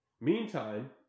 meantime